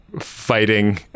fighting